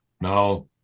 Now